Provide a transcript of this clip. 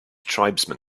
tribesmen